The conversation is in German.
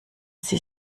sie